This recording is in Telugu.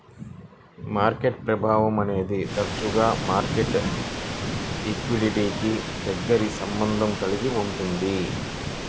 మార్కెట్ ప్రభావం అనేది తరచుగా మార్కెట్ లిక్విడిటీకి దగ్గరి సంబంధం కలిగి ఉంటుంది